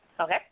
Okay